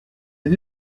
les